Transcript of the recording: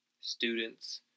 students